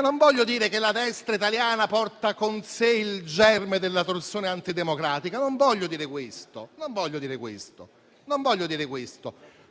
Non voglio dire che la destra italiana porta con sé il germe della torsione antidemocratica. Non voglio dire questo.